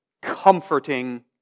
comforting